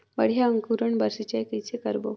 बढ़िया अंकुरण बर सिंचाई कइसे करबो?